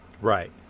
Right